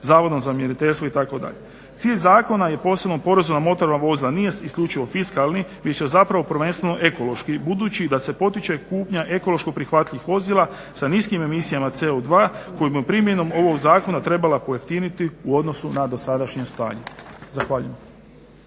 Zavodom za mjeriteljstvo itd. Cilj zakona je posebnom porezu na motorna vozila nije isključivo fiskalni već je zapravo prvenstveno ekološki budući da se potiče kupnja ekološko prihvatljivih vozila sa niskim emisijama CO2 kojom bi primjenom ovog zakona trebala pojeftiniti u odnosu na dosadašnje stanje. Zahvaljujem.